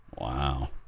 Wow